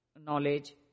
knowledge